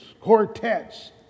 quartets